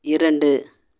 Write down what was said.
இரண்டு